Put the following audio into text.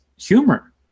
humor